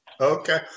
Okay